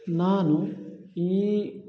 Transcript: ನಾನು ಈ